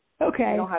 Okay